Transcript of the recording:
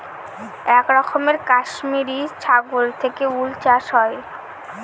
এক রকমের কাশ্মিরী ছাগল থেকে উল চাষ হয়